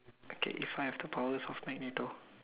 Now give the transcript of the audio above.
okay if I have the powers of Magneto